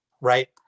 right